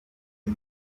des